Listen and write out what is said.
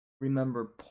remember